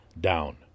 down